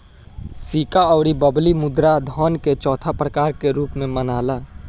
सिक्का अउर बबली मुद्रा धन के चौथा प्रकार के रूप में मनाला